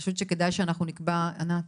אני חושבת שכדאי שאנחנו נקבע, ענת,